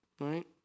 Right